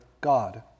God